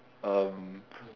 um